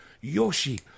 Yoshi